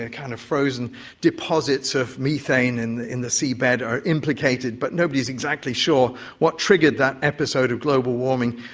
ah kind of frozen deposits of methane and in the seabed are implicated, but nobody is exactly sure what triggered that episode of global warming.